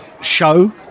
show